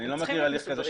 -- אני לא מכיר הליך כזה,